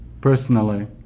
Personally